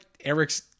Eric's